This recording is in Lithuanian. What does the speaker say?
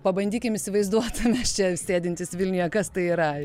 pabandykim įsivaizduot mes čia sėdintys vilniuje kas tai yra